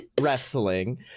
wrestling